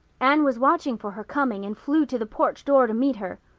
anne was watching for her coming and flew to the porch door to meet her.